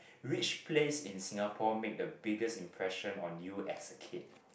which place in Singapore made the biggest impression on you as a kid